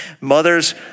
Mothers